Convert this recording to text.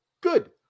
Good